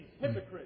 hypocrites